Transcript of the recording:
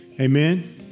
Amen